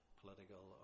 political